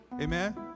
Amen